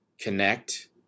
connect